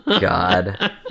god